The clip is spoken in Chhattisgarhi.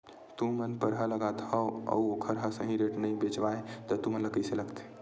तू मन परहा लगाथव अउ ओखर हा सही रेट मा नई बेचवाए तू मन ला कइसे लगथे?